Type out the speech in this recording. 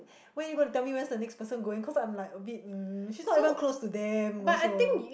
when you gonna tell me where's the next person going cause I'm like a bit um she's not even close to them also